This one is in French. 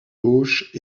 gauche